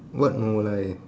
what no life